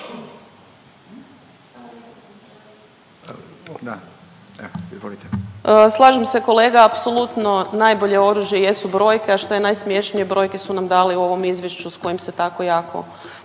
Slažem se kolega apsolutno, najbolje oružje jesu brojke, a što je najsmješnije brojke su nam dali u ovom izvješću s kojim se tako jako